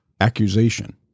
accusation